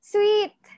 Sweet